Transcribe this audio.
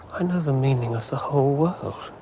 and the meaning of the whole world.